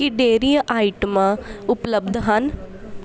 ਕੀ dairy ਆਈਟਮਾਂ ਉਪਲੱਬਧ ਹਨ